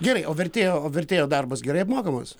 gerai o vertėjo o vertėjo darbas gerai apmokamas